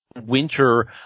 winter